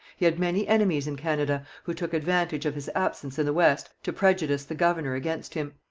he had many enemies in canada, who took advantage of his absence in the west to prejudice the governor against him.